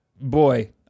boy